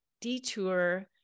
detour